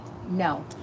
no